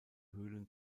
höhlen